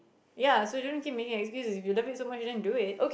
ya so don't keep making excuses if you love it so much then do it